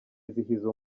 yizihiza